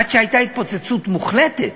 עד שהייתה התפוצצות מוחלטת.